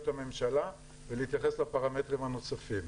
הממשלה ולהתייחס לפרמטרים הנוספים.